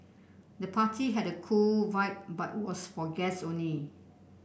the party had a cool vibe but was for guest only